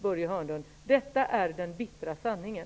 Börje Hörnlund, detta är den bittra sanningen.